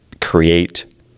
Create